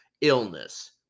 illness